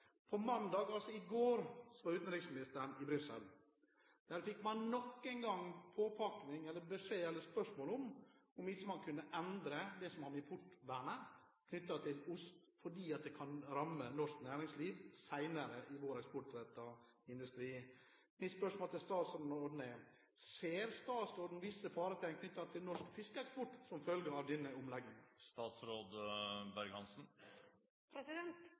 På mandag, altså i går, var utenriksministeren i Brussel. Der fikk man nok en gang påpakning – eller spørsmål om man ikke kunne endre det som har med importvernet knyttet til ost å gjøre, fordi det kunne ramme norsk næringsliv senere, i vår eksportrettede industri. Mitt spørsmål til statsråden er: Ser statsråden visse faretegn knyttet til norsk fiskeeksport som følge av denne